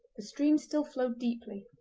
the stream still flowed deeply,